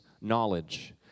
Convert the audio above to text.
knowledge